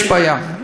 יש בעיה.